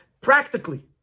practically